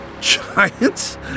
Giants